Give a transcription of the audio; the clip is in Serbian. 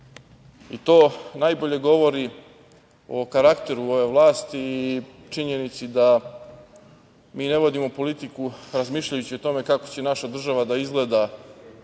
najbolje govori o karakteru ove vlasti i činjenici da mi ne vodimo politiku razmišljajući o tome kako će naša država da izgleda